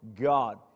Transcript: God